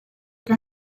the